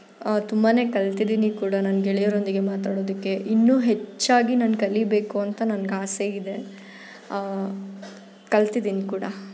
ತುಂಬಾ ಕಲ್ತಿದ್ದೀನಿ ಕೂಡ ನಾನು ಗೆಳೆಯರೊಂದಿಗೆ ಮಾತಾಡೋದಕ್ಕೆ ಇನ್ನೂ ಹೆಚ್ಚಾಗಿ ನಾನು ಕಲೀಬೇಕು ಅಂತ ನನ್ಗೆ ಆಸೆ ಇದೆ ಕಲ್ತಿದೀನಿ ಕೂಡ